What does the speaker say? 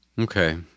Okay